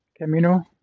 Camino